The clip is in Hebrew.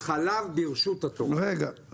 רגע,